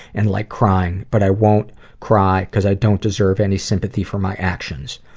and like crying. but i won't cry because i don't deserve any sympathy for my actions.